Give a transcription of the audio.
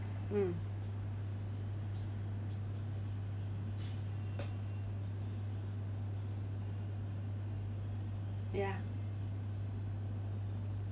mm ya